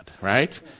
right